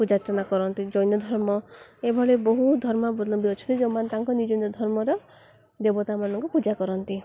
ପୂଜାର୍ଚ୍ଚନା କରନ୍ତି ଜୈନ ଧର୍ମ ଏଭଳି ବହୁତ ଧର୍ମବଲମ୍ବୀ ଅଛନ୍ତି ଯେଉଁମାନେ ତାଙ୍କ ନିଜ ନିଜ ଧର୍ମର ଦେବତାମାନଙ୍କୁ ପୂଜା କରନ୍ତି